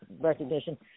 recognition